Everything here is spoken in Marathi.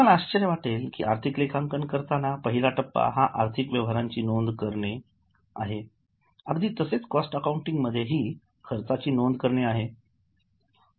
तुम्हाला आश्चर्य वाटेल की आर्थिक लेखांकन करताना पहिला टप्पा हा आर्थिक व्यवहारांची नोंद करणे आहे अगदी तसेच कॉस्ट अकाउंटिंग मध्ये खर्चाची नोंद करणे आहे